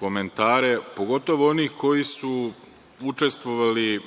komentare, pogotovo onih koji su učestvovali